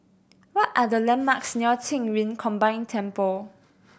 what are the landmarks near Qing Yun Combined Temple